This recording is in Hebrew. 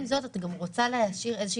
עם זאת את גם רוצה להשאיר לפעמים איזושהי